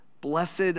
Blessed